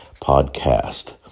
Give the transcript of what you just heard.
podcast